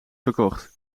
verkocht